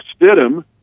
Stidham